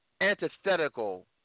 antithetical